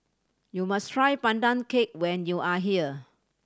you must try Pandan Cake when you are here